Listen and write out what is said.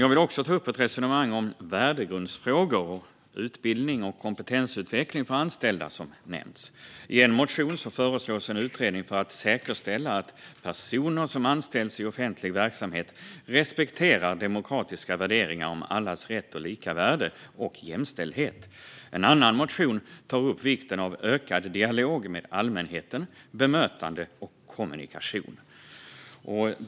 Jag ska också ta upp ett resonemang om värdegrundsfrågor och utbildning och kompetensutveckling för anställda. I en motion föreslås en utredning för att säkerställa att personer som anställs i offentlig verksamhet respekterar demokratiska värderingar om allas rätt och lika värde och jämställdhet. En annan motion tar upp vikten av ökad dialog med allmänheten, bemötande och kommunikation.